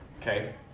Okay